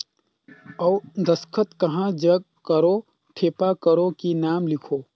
अउ दस्खत कहा जग करो ठेपा करो कि नाम लिखो?